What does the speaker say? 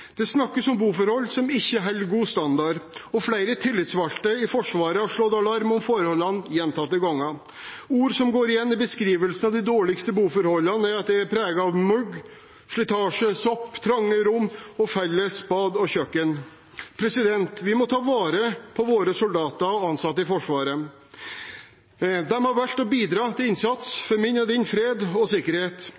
Det snakkes om boforhold som ikke holder god standard, og flere tillitsvalgte i Forsvaret har slått alarm om forholdene gjentatte ganger. Ord som går igjen i beskrivelsene av de dårligste boforholdene, er at de er preget av mugg, slitasje, sopp, trange rom og felles bad og kjøkken. Vi må ta vare på våre soldater og ansatte i Forsvaret. De har valgt å bidra til innsats